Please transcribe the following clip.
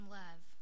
love